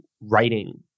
writing